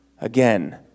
again